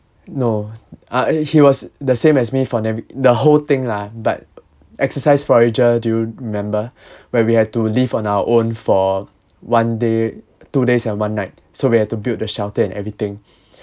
no I he was the same as me for navi~ the whole thing lah but exercise voyager do you remember where we had to live on our own for one day two days and one night so we have to build the shelter and everything